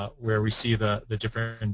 ah where we see the the different and